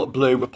Blue